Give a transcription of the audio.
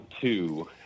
two